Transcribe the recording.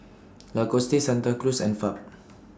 Lacoste Santa Cruz and Fab